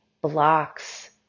blocks